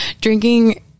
drinking